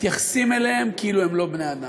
מתייחסים אליהם כאילו הם לא בני-אדם,